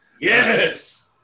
Yes